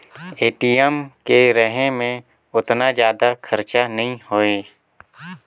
ATM के रहें मे ओतना जादा खरचा नइ होए